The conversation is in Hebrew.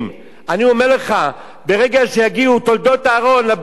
אני אומר לך, ברגע שיגיעו "תולדות אהרן" לבקו"ם,